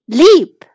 leap